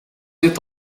zit